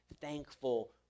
thankful